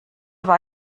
war